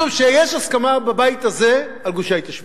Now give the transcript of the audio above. משום שיש הסכמה בבית הזה על גושי ההתיישבות,